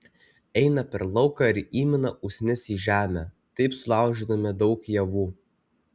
eina per lauką ir įmina usnis į žemę taip sulaužydami daug javų